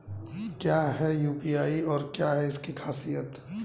क्या है यू.पी.आई और क्या है इसकी खासियत?